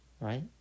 Right